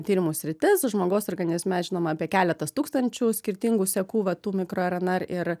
tyrimų sritis žmogaus organizme žinoma apie keletas tūkstančių skirtingų sekų vat tų mikro rnr ir